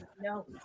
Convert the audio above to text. No